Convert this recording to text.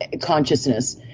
consciousness